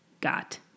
got